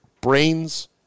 Brains